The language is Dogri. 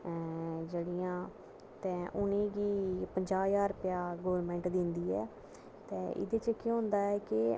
ते उनेंगी पंजाह् ज्हार रपेआ गौरमेंट दिंदी ऐ ते एह्दे च केह् होंदा ऐ कि